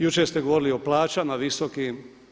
Jučer ste govorili i o plaćama visokim.